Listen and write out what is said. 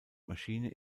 maschine